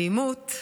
אלימות,